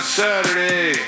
saturday